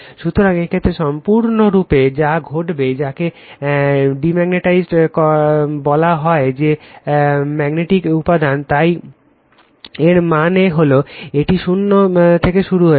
সুতরাং এই ক্ষেত্রে সম্পূর্ণরূপে যা ঘটবে যাকে ডেম্যাগনেটাইজ বলা হয় যে ফেরোম্যাগনেটিক উপাদান তাই এর মানে হল এটি 0 থেকে শুরু হচ্ছে